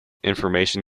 information